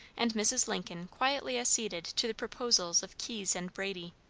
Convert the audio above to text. and mrs. lincoln quietly acceded to the proposals of keyes and brady.